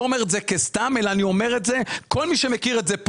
אומר את זה סתם אלא כל מי שמכיר את זה,